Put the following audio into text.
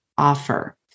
Offer